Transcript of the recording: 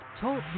Talk